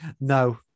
No